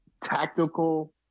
tactical